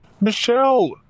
Michelle